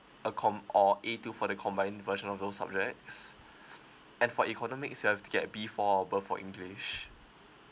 a com~ or A two for the combined version of those subjects and for economics you have to get B four or above for english